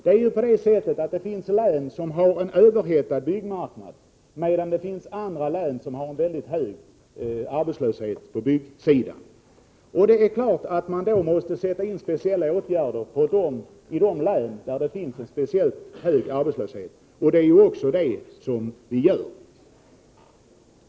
Det finns en del län som har en överhettad byggmarknad, medan det finns andra län som har en mycket hög arbetslöshet på byggsidan. Det är klart att man då måste sätta in speciella åtgärder i de län där arbetslösheten är särskilt hög. Det är också det som vi gör.